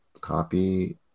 Copy